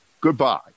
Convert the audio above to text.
Goodbye